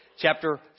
Chapter